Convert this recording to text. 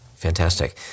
Fantastic